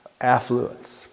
affluence